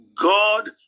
God